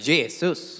Jesus